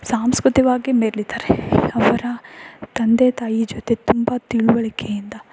ಸಾಂಸ್ಕೃತಿಕವಾಗಿ ಮೇಲಿದ್ದಾರೆ ಅವರ ತಂದೆ ತಾಯಿ ಜೊತೆ ತುಂಬ ತಿಳಿವಳಿಕೆಯಿಂದ